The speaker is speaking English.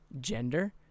gender